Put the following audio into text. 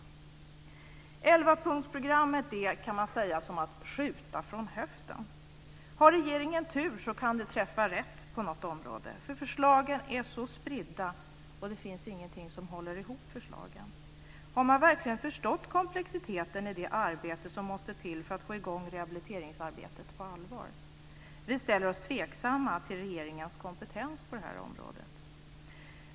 Man kan säga att elvapunktsprogrammet fungerar som skott från höften. Har regeringen tur kan den träffa rätt på något område. Förslagen är spridda, och det finns ingenting som håller ihop dem. Har man verkligen förstått komplexiteten i det arbete som måste till för att få i gång rehabiliteringsarbetet på allvar? Vi ställer oss tveksamma till regeringens kompetens på det här området.